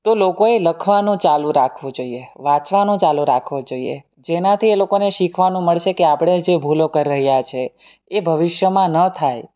તો લોકોએ લખવાનું ચાલું રાખવું જોઈએ વાંચવાનું ચાલું રાખવું જોઈએ જેનાથી એ લોકોને શીખવાનું મળશે કે આપણે જે ભૂલો કરી રહ્યા છીએ એ ભવિષ્યમાં ન થાય